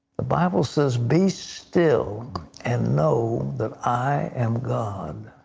the bible says be still and know that i am god.